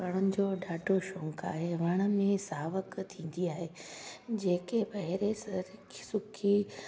वणनि जो ॾाढो शौक़ु आहे वण में सावक थींदी आहे जेके ॿाहिरि सुकी